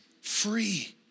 free